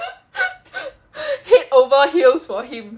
head over heels for him